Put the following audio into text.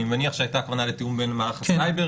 אני מניח שהייתה כוונה לתיאום בין מערך הסייבר